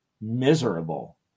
miserable